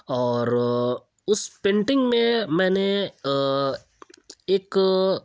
اور اس پینٹنگ میں میں نے ایک